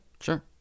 Sure